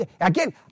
Again